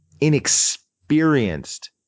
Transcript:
inexperienced